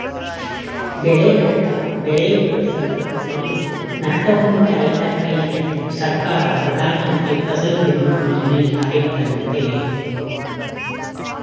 ಬೆಳೆನಷ್ಟ ಬೆಳೆ ವಿಫಲ ಸಂದರ್ಭದಲ್ಲಿ ನಷ್ಟ ಹೊಂದಿದ ರೈತರ ಕೈಹಿಡಿಯಲು ಸರ್ಕಾರ ಪ್ರಧಾನಮಂತ್ರಿ ಫಸಲ್ ಬಿಮಾ ಯೋಜನೆ ಜಾರಿಗ್ತಂದಯ್ತೆ